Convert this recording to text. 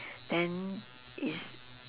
then it's